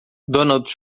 donald